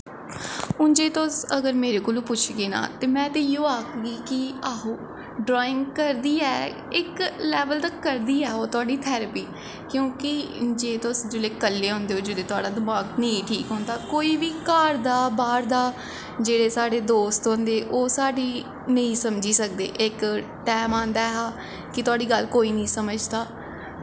हून जे तुस मेरे कोलूं पुच्छगे ना में ते इ'यो आखगी कि आहो ड्राईंग करदी ऐ इक लैवल तक करदी ऐ ओह् तोआढ़ी थैरिपी क्योंकि जे तुस जिसले कल्ले होंदे ओ थोआढ़ा दमाक नेईं ठीक होंदा कोई बी घर दा बाह्र दा जेह्ड़े साढ़े दोस्त होंदे ओह् साढ़ी नेईं समझी सकदे इक टैम आंदा ऐहा कि थोआढ़ी गल्ल कोई निं समझदा